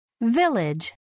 village